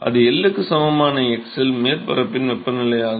அது L க்கு சமமான x இல் மேற்பரப்பின் வெப்பநிலை ஆகும்